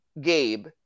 Gabe